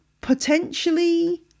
potentially